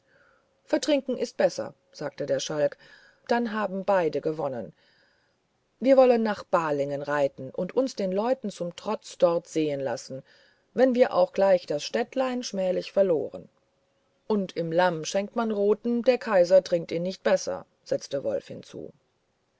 vertrinken ist besser sagte der schalk dann haben beide gewonnen wir wollen nach balingen reiten und uns den leuten zum trotz dort sehen lassen wenn wir auch gleich das städtlein schmählich verloren und im lamm schenkt man roten der kaiser trinkt ihn nicht besser setzte wolf hinzu